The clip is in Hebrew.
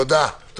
תודה.